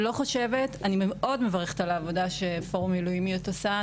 אני מאוד מברכת על העבודה שבפורום מילואימיות עושה,